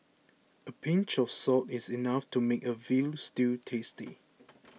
a pinch of salt is enough to make a Veal Stew tasty